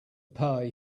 pay